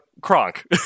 Kronk